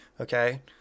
Okay